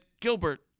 Gilbert